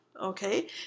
Okay